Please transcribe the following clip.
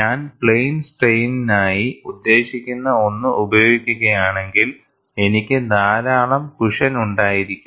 ഞാൻ പ്ലെയിൻ സ്ട്രെയിനിനായി ഉദ്ദേശിക്കുന്ന ഒന്ന് ഉപയോഗിക്കുകയാണെങ്കിൽ എനിക്ക് ധാരാളം ക്യൂഷൻ ഉണ്ടായിരിക്കും